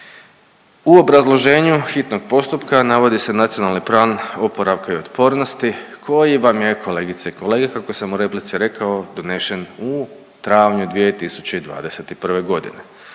U obrazloženju hitnog postupka navodi se Nacionalni plan oporavka i otpornosti koji vam je kolegice i kolege kako sam u replici rekao donesen u travnju 2021. godine.